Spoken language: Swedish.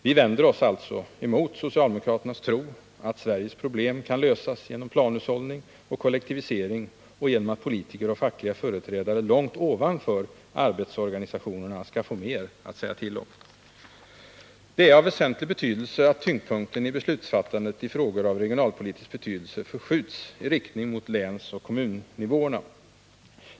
Vi vänder oss alltså emot socialdemokraternas tro att Sveriges problem kan lösas genom planhushållning och kollektivisering och genom att politiker och fackliga föeträdare långt ovanför arbetsorganisationerna skall få mer att säga till om. Det är av väsentlig betydelse att tyngdpunkten i beslutsfattandet i frågor av regionalpolitisk betydelse förskjuts i riktning mot länsoch kommunnivåerna.